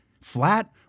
flat